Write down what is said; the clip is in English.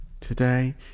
Today